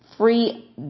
free